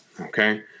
Okay